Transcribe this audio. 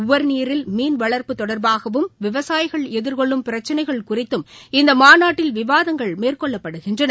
உவா்நீரில் மீன்வள்ப்பு தொடர்பாகவும் விவசாயிகள் எதிர்கொள்ளும் பிரச்சினைகள் குறித்தும் இந்த மாநாட்டில் விவாதங்கள் மேற்கொள்ளப்படுகின்றன